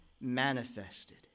manifested